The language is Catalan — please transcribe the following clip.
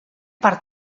per